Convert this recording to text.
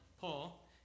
Paul